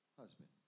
husband